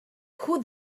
who